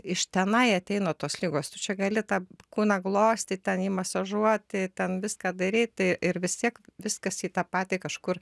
iš tenai ateina tos ligos tu čia gali tą kūną glostyt ten jį masažuoti ten viską daryti ir vis tiek viskas į tą patį kažkur